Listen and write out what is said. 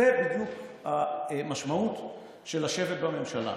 זו בדיוק המשמעות של לשבת בממשלה.